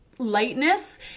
Lightness